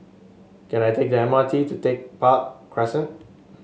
can I take the M R T to Tech Park Crescent